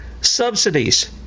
subsidies